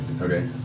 Okay